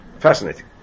Fascinating